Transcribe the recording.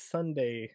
Sunday